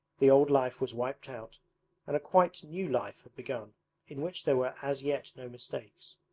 the old life was wiped out and a quite new life had begun in which there were as yet no mistakes.